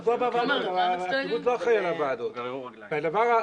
גררו רגליים.